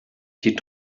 die